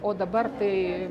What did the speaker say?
o dabar tai